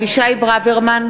בעד